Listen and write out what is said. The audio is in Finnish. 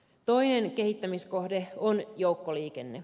toinen kehittämiskohde on joukkoliikenne